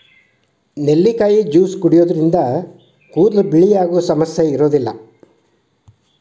ನೆಲ್ಲಿಕಾಯಿ ಜ್ಯೂಸ್ ಕುಡಿಯೋದ್ರಿಂದ ಕೂದಲು ಬಿಳಿಯಾಗುವ ಸಮಸ್ಯೆ ಇರೋದಿಲ್ಲ